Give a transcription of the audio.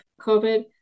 COVID